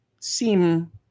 seem